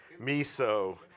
miso